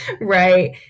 Right